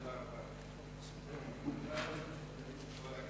חברי חברי הכנסת, אנחנו נעבור להצבעה.